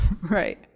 Right